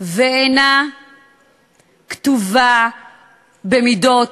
ואינה כתובה במידות